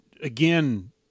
again